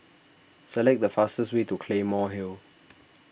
select the fastest way to Claymore Hill